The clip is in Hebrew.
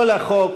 כל החוק,